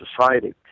society